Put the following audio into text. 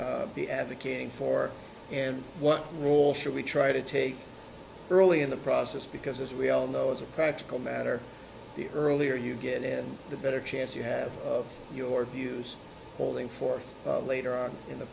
be advocating for and what role should we try to take early in the process because as we all know as a practical matter the earth earlier you get and the better chance you have of your views holding forth later on in the